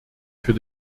für